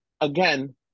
again